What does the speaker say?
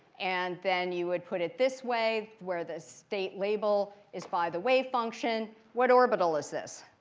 and then you would put it this way where the state label is by the wave function. what orbital is this